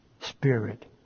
Spirit